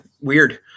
weird